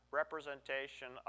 representation